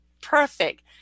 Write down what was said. perfect